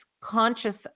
Conscious